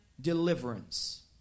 deliverance